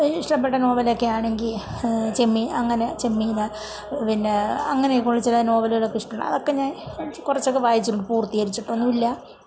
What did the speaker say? ഇഷ്ട്ടപ്പെട്ട നോവലൊക്കെ ആണെങ്കിൽ ചെമ്മീൻ അങ്ങനെ ചെമ്മീന് പിന്നേ അങ്ങനെയൊക്കെയുള്ള ചില നോവലുകളൊക്കെ ഇഷ്ടമാണ് അതൊക്കെ ഞാ കുറച്ചൊക്കെ വായിച്ചിട്ടുണ്ട് പൂർത്തീകരിച്ചിട്ടൊന്നുമില്ല